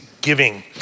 giving